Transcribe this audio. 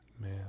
Man